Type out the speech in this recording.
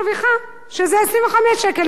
שזה 25 שקל לשעה,